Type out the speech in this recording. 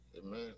Amen